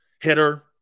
Hitter